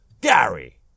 Gary